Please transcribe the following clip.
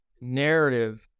narrative